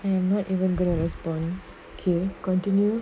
and I'm not even going to respond okay continue